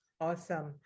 Awesome